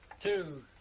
two